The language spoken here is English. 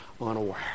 unaware